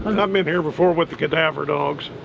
and i've been here before with the cadaver dogs.